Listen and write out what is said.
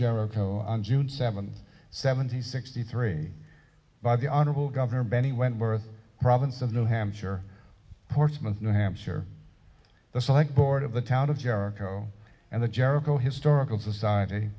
jericho on june seventh seventy sixty three by the honorable governor benny wentworth province of new hampshire portsmouth new hampshire the select board of the town of jericho and the jericho historical society